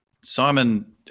Simon